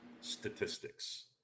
statistics